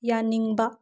ꯌꯥꯅꯤꯡꯕ